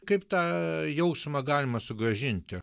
kaip tą jausmą galima sugrąžinti